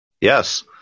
Yes